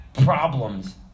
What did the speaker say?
problems